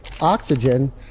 Oxygen